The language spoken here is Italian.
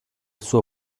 suo